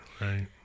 right